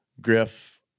Griff